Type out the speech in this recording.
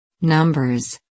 Numbers